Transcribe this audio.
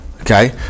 okay